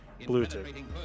Bluetooth